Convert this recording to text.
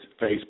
Facebook